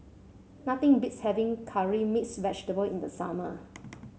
nothing beats having Curry Mixed Vegetable in the summer